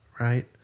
right